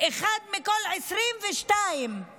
אחד מכל 22 בני